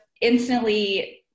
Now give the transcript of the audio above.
instantly